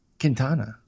Quintana